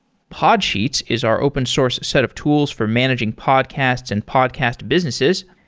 podsheets is our open source set of tools for managing podcasts and podcast businesses.